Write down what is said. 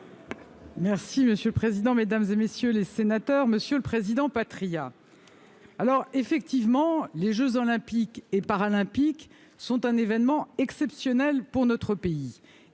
Monsieur le président, mesdames, messieurs les sénateurs, monsieur le président Patriat, effectivement, les jeux Olympiques et Paralympiques sont un événement exceptionnel pour notre pays,